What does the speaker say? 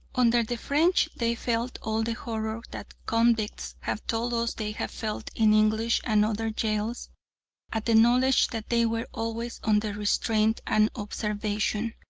under the french they felt all the horror that convicts have told us they have felt in english and other jails at the knowledge that they were always under restraint and observation.